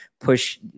push